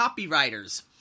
copywriters